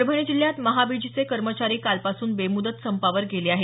परभणी जिल्ह्यात महाबीजचे कर्मचारी कालपासून बेमुदत संपावर गेले आहेत